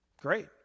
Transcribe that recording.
great